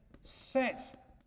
set